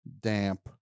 damp